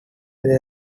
they